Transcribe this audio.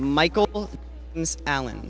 michael allen